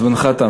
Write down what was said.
זמנך תם.